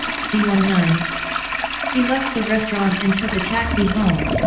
c one nine he left the restaurant and took a taxi home.